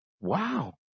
wow